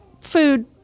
food